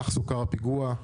כך סוקר הפיגוע.